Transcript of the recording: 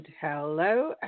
Hello